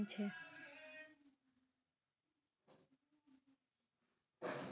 आजकल भारत सहित आरो देशोंत भी चलनिधि जोखिम कायम छे